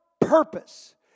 purpose